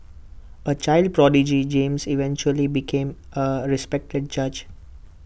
A child prodigy James eventually became A respected judge